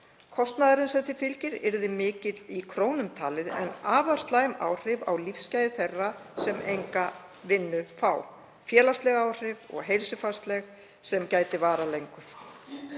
Kostnaðurinn sem því fylgir yrði mikill í krónum talið en afar slæm áhrif á lífsgæði þeirra sem enga vinnu fá, félagsleg áhrif og heilsufarsleg sem gætu varað lengur.